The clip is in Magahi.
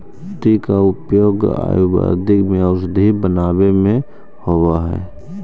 मोती का उपयोग आयुर्वेद में औषधि बनावे में होवअ हई